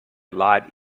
lot